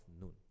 noon